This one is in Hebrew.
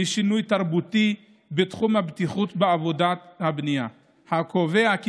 היא שינוי תרבותי בתחום הבטיחות בעבודת הבנייה הקובע כי